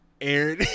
Aaron